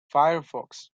firefox